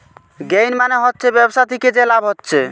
gain মানে হচ্ছে ব্যবসা থিকে যে লাভ হচ্ছে